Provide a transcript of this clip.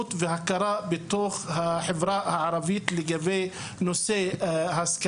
מודעות והכרה בתוך החברה הערבית לגבי ההשכלה.